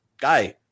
guy